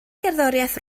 gerddoriaeth